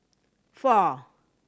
four